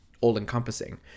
all-encompassing